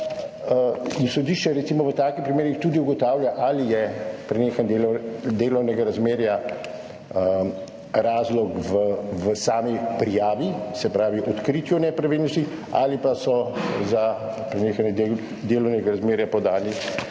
Sodišče recimo v takih primerih tudi ugotavlja, ali je za prenehanje delovnega razmerja razlog v sami prijavi, se pravi odkritju nepravilnosti, ali pa so za prenehanje delovnega razmerja podani